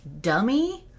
dummy